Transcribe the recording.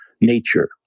nature